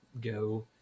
go